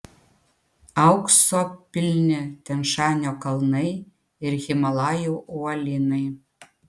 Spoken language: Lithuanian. aukso pilni tian šanio kalnai ir himalajų uolynai